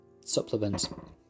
supplement